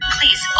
Please